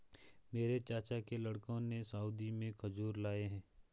मेरे चाचा के लड़कों ने सऊदी से खजूर लाए हैं